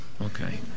Okay